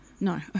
No